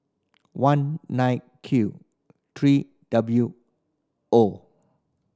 one nine Q three W O